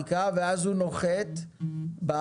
בדיקה, ואז הוא נוחת בארץ.